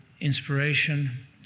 inspiration